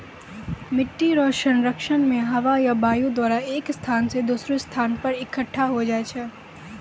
मिट्टी रो क्षरण मे हवा या वायु द्वारा एक स्थान से दोसरो स्थान पर इकट्ठा होय जाय छै